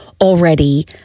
already